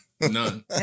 None